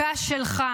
הזה?